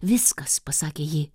viskas pasakė ji